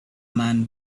man